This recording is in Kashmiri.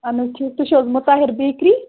اہَن حظ ٹھیٖک تُہۍ چھُو حظ مُطاہِر بیٚکری